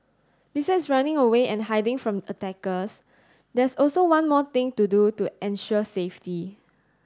besides running away and hiding from attackers there's also one more thing to do to ensure safety